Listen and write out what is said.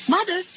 Mother